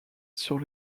sur